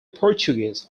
portuguese